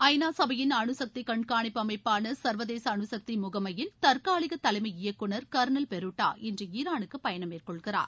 ஐ நா சபையின் அனுசக்தி கண்காணிப்பு அமைப்பான சர்வதேச அனுசக்தி முகமையின் தற்காலிக தலைமை இயக்குநர் கர்னல் பெருட்டா இன்று ஈரானுக்கு பயணம் மேற்கொள்கிறார்